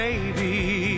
Baby